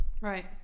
right